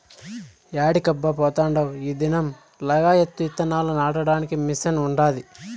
యాడికబ్బా పోతాండావ్ ఈ దినం లగాయత్తు ఇత్తనాలు నాటడానికి మిషన్ ఉండాది